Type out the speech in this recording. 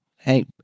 Hey